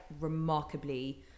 remarkably